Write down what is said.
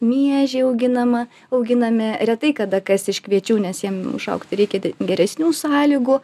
miežiai auginama auginami retai kada kas iš kviečių nes jiem išaugti reikia ge geresnių sąlygų